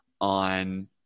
on